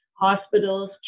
hospitals